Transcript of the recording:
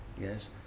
Yes